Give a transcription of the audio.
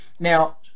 Now